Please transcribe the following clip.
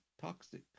toxic